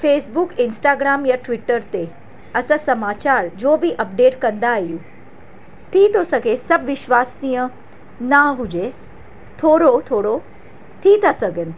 Facebook Instagram या Twitter ते असां समाचार जो बि अपडेट कंदा आहियूं थी थो सघे सभु विश्वसनीय न हुजे थोरो थोरो थी था सघनि